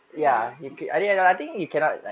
really